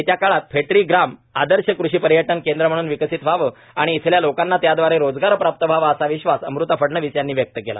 येत्या काळात फेटरी ग्राम आदर्श कृषी पर्यटन केंद्र म्हणून विकसित व्हावे आणि इथल्या लोकांना त्याद्वारे रोजगार प्राप्त व्हावा असा विश्वास अमृता फडणवीस यांनी व्यक्त केला